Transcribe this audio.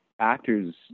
actors